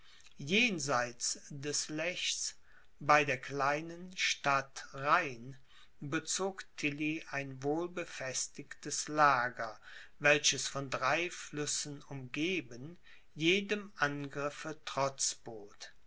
jenseits des lechs bei der kleinen stadt rain bezog tilly ein wohlbefestigtes lager welches von drei flüssen umgeben jedem angriffe trotz